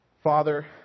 Father